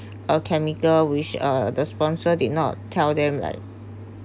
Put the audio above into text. or chemical which uh the sponsor did not tell them like